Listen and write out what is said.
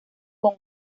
con